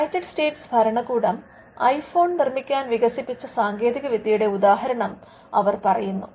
United States ഭരണകൂടം iPhone നിർമിക്കാൻ വികസിപ്പിച്ച സാങ്കേതിക വിദ്യയുടെ ഉദാഹരണം അവർ പറയുന്നു